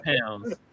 Pounds